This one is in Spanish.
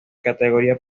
categoría